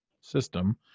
system